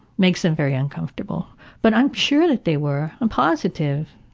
makes them very uncomfortable, but i'm sure that they were. i'm positive.